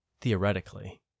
theoretically